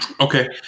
Okay